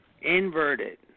inverted